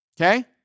okay